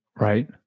right